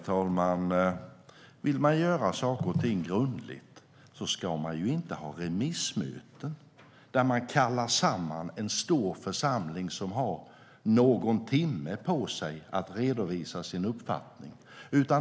Herr talman! Vill man göra saker och ting grundligt ska man inte ha remissmöten där man kallar samman en stor församling som har någon timme på sig att redovisa sin uppfattning.